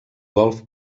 golf